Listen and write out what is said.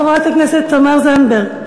חברת הכנסת תמר זנדברג.